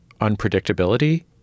unpredictability